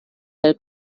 del